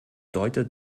deutet